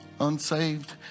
unsaved